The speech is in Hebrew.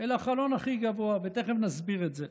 אל החלון הכי גבוה, ותכף נסביר את זה.